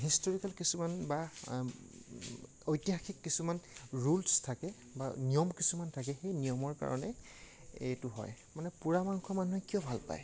historical কিছুমান বা ঐতিহাসিক কিছুমান ৰুলছ থাকে বা নিয়ম কিছুমান থাকে সেই নিয়মৰ কাৰণে এইটো হয় মানে পোৰা মাংস মানুহে কিয় ভাল পায়